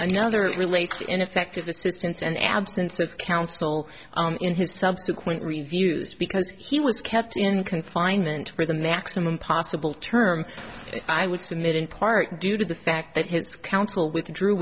another relates to ineffective assistance and absence of counsel in his subsequent reviews because he was kept in confinement for the maximum possible term i would submit in part due to the fact that his counsel withdrew